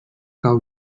cau